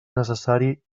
necessari